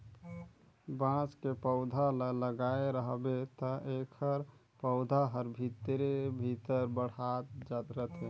बांस के पउधा ल लगाए रहबे त एखर पउधा हर भीतरे भीतर बढ़ात रथे